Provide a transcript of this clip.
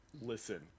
Listen